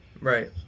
Right